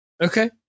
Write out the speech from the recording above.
Okay